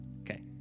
Okay